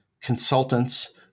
consultants